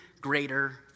Greater